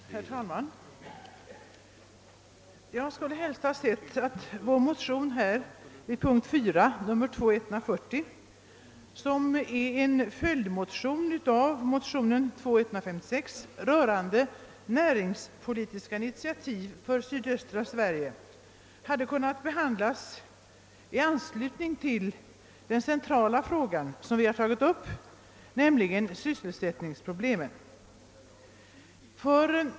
Herr talman! Jag hade helst sett att vår motion II: 140, som är en följdmotion till motionen II:156 rörande näringspolitiska initiativ för sydöstra Sverige, hade kunnat behandlas i anslutning till den centrala fråga vi har tagit upp, nämligen <sysselsättningsproblemen.